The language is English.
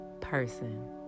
person